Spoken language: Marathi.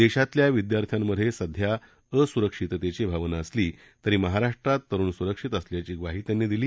देशातल्या विद्यार्थ्यांमधे सध्या अस्रक्षिततेची भावना असली तरी महाराष्ट्रात तरूण स्रक्षित असल्याची ग्वाही त्यांनी दिली